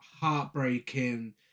heartbreaking